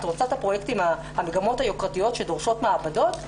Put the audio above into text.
את רוצה את המגמות היוקרתיות שדורשות מעבדות?